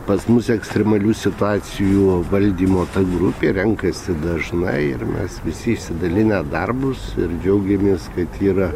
pas mus ekstremalių situacijų valdymo ta grupė renkasi dažnai ir mes visi išsidalinę darbus ir džiaugiamės kad yra